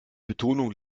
betonung